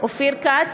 אופיר כץ,